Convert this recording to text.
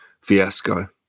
fiasco